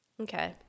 Okay